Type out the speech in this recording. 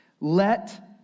Let